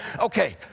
okay